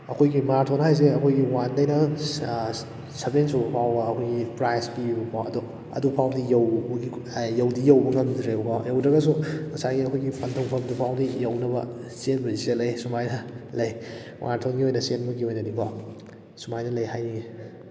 ꯑꯩꯈꯣꯏꯒꯤ ꯃꯥꯔꯥꯊꯣꯟ ꯍꯥꯏꯁꯦ ꯑꯩꯈꯣꯏꯒꯤ ꯋꯥꯟꯗꯒꯤꯅ ꯁꯕꯦꯟ ꯁꯨꯕ ꯐꯥꯎꯕ ꯑꯩꯈꯣꯏꯒꯤ ꯄ꯭ꯔꯥꯏꯖ ꯄꯤꯑꯕꯀꯣ ꯑꯗꯣ ꯑꯗꯨ ꯐꯥꯎꯗ ꯌꯧꯕꯒꯤ ꯌꯧꯗꯤ ꯌꯧꯕ ꯉꯝꯗ꯭ꯔꯦꯕꯀꯣ ꯌꯧꯗ꯭ꯔꯒꯁꯨ ꯉꯁꯥꯏꯒꯤ ꯑꯩꯈꯣꯏꯒꯤ ꯄꯟꯊꯨꯡꯐꯝꯗꯨꯐꯥꯎꯗꯤ ꯌꯧꯅꯕ ꯆꯦꯟꯕꯨꯗꯤ ꯆꯦꯜꯂꯛꯑꯦ ꯁꯨꯃꯥꯏꯅ ꯂꯩ ꯃꯥꯔꯥꯊꯣꯟꯒꯤ ꯑꯣꯏꯅ ꯆꯦꯟꯕꯒꯤ ꯑꯣꯏꯅꯗꯤꯀꯣ ꯁꯨꯃꯥꯏꯅ ꯂꯩ ꯍꯥꯏꯅꯤꯡꯏ